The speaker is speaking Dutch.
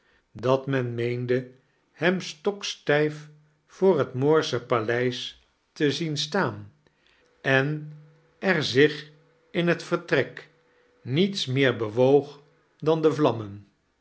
dat men meende hem stokstijf voor het moorsche paleis te zien staan en er-zich in het vertrek niets meer bewoog dan de vlammen